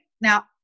now